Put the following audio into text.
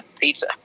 pizza